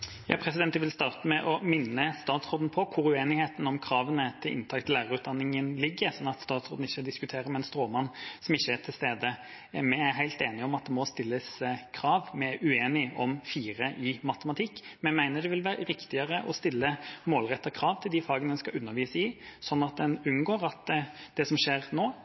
Jeg vil starte med å minne statsråden på hvor uenigheten om kravene til inntak til lærerutdanningen ligger, sånn at statsråden ikke diskuterer med en stråmann som ikke er til stede. Vi er helt enige om at det må stilles krav. Vi er uenige om fire i matematikk. Vi mener det vil være riktigere å stille målrettede krav til de fagene en skal undervise i, sånn at en unngår det som skjer nå,